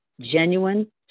genuine